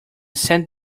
sent